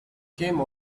came